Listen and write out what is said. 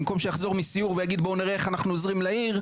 במקום שיחזור מסיור ויגיד בואו נראה איך אנחנו עוזרים לעיר,